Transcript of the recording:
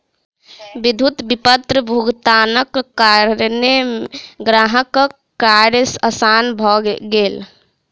विद्युत विपत्र भुगतानक कारणेँ ग्राहकक कार्य आसान भ गेल